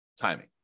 timing